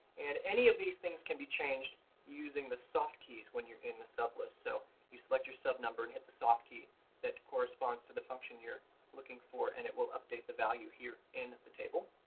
and any of these things can be changed using the the soft keys when you're in the sub list. so, you select your sub number and hit the soft key that corresponds to the function you're looking for, and it will update the value here in the table.